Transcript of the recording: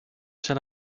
said